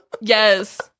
Yes